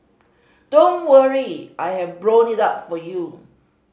don't worry I have blown it up for you